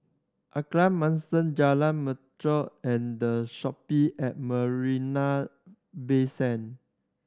Alkaff Mansion Jalan and The Shoppe at Marina Bay Sand